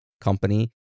company